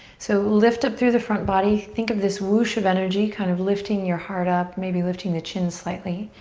so lift up through the front body. think of this whoosh of energy kind of lifting your heart up, maybe lifting the chin slightly.